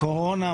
קורונה,